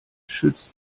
schützt